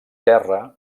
terra